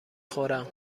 خورم